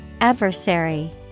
Adversary